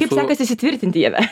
kaip sekasi įsitvirtinti jame